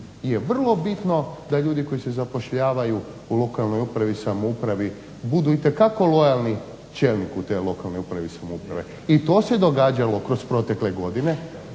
je vrlo bitno da ljudi koji se zapošljavaju u lokalnoj upravi i samoupravi budu itekako lojalni čelniku te lokalne uprave i samouprave i to se događalo kroz protekle godine.